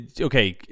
Okay